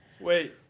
Wait